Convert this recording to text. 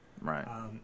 Right